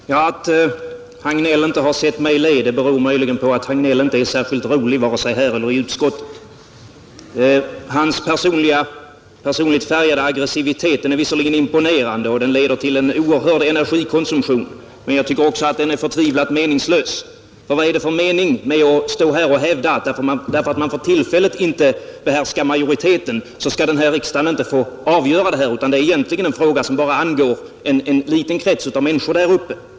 Fru talman! Att herr Hagnell inte sett mig le beror möjligen på att han inte är särskilt rolig vare sig här eller i utskottet. Hans personligt färgade aggressivitet är visserligen imponerande och den leder till en oerhörd energikonsumtion, men jag tycker också att den är förtvivlat meningslös. Vad är det för mening med att stå här och hävda, att därför att man för tillfället inte behärskar majoriteten skall riksdagen inte få avgöra denna fråga utan att det är en fråga som egentligen bara angår en liten krets av människor där uppe.